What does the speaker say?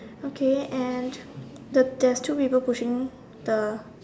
okay and the there's two people pushing the